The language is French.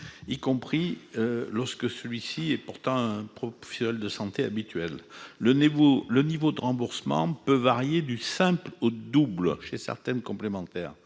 y compris lorsque celui-ci est leur professionnel de santé habituel. Le niveau de remboursement des assurés peut varier du simple au double chez certaines complémentaires